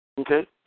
Okay